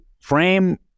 Frame